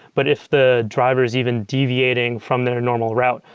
but if the driver is even deviating from their normal route.